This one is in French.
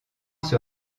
sur